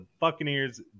Buccaneers